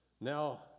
now